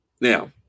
Now